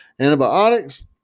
antibiotics